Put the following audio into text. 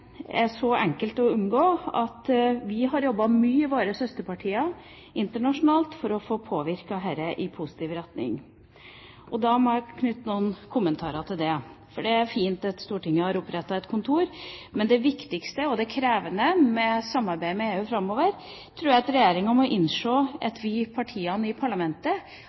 er så enkelt å unngå at vi har jobbet mye i våre søsterpartier internasjonalt for å få påvirket dette i positiv retning. Da må jeg få knytte noen kommentarer til det: Det er fint at Stortinget har opprettet et kontor, men det viktigste, og det krevende, med samarbeidet med EU framover, tror jeg er at regjeringa må innse at vi, partiene i parlamentet,